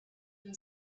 been